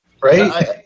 Right